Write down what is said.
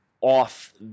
off